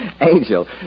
Angel